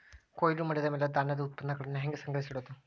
ಕೊಯ್ಲು ಮಾಡಿದ ಮ್ಯಾಲೆ ಧಾನ್ಯದ ಉತ್ಪನ್ನಗಳನ್ನ ಹ್ಯಾಂಗ್ ಸಂಗ್ರಹಿಸಿಡೋದು?